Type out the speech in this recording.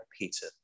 Peter